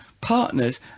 partners